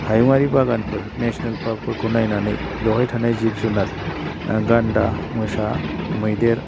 हायुङारि बागानफोर नेसनाल पार्कफोरखौ नायनानै बेवहाय थानाय जिब जुनार गान्दा मोसा मैदेर